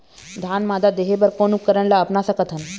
धान मादा देहे बर कोन उपकरण ला अपना सकथन?